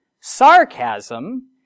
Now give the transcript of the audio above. Sarcasm